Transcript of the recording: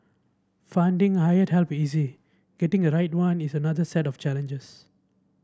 finding hired help easy getting the right one is another set of challenges